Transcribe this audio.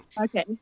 Okay